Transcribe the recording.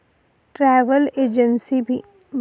travel agency भी वांशिक उद्योग ना हिस्सा शे